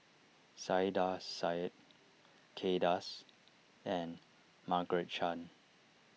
Saiedah Said Kay Das and Margaret Chan